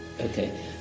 Okay